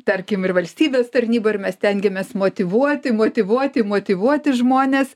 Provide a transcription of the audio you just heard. tarkim ir valstybės tarnyba ir mes stengiamės motyvuoti motyvuoti motyvuoti žmones